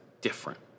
different